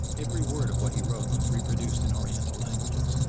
every word of what he wrote was reproduced in oriental languages,